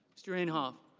mr. imhoff.